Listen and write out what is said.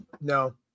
No